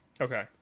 Okay